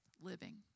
living